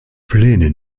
pläne